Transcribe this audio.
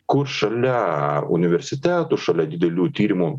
kur šalia universitetų šalia didelių tyrimų